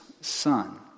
son